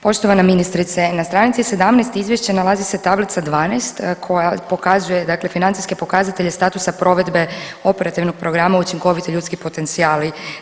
Poštovana ministrice, na stranici 17 Izvješća nalazi se Tablica 12 koja pokazuje dakle financijske pokazatelje statusa provedbe Operativnog programa učinkoviti ljudski potencijali.